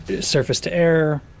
Surface-to-air